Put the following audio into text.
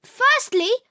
firstly